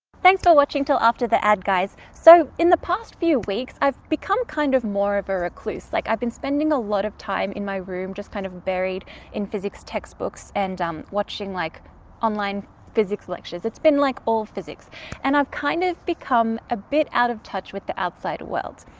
thanks for watching until after the ad guys. so in the past few weeks i've become kind of more of a recluse like i've been spending a lot of time in my room just kind of buried in physics textbooks and i'm watching like online physics lectures. it's been like old physics and i've kind of become a bit out of touch with the outside world.